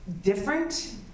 different